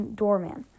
doorman